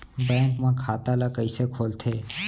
Bank म खाता ल कइसे खोलथे?